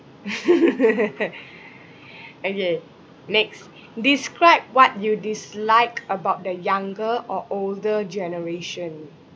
okay next describe what you dislike about the younger or older generation